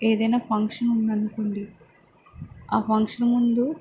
ఏదైనా ఫంక్షన్ ఉందనుకోండి ఆ ఫంక్షన్ ముందు